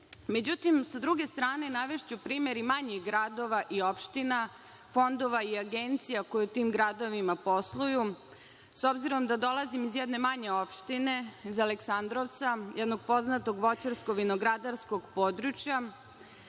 zemlje.Međutim, sa druge strane, navešću primer i manjih gradova i opština, fondova i agencija koje u tim gradovima posluju, s obzirom da dolazim iz jedne manje opštine iz Aleksandrovca, jednog poznatog voćarsko-vinogradarskog područja,